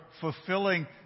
fulfilling